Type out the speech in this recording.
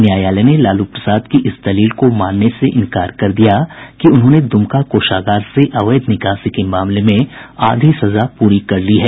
न्यायालय ने लालू प्रसाद की इस दलील को मानने से इंकार कर दिया कि उन्होंने दुमका कोषागार से अवैध निकासी के मामले में आधी सजा पूरी कर ली है